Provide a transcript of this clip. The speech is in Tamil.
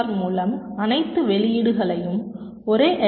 ஆர் மூலம் அனைத்து வெளியீடுகளையும் ஒரே எல்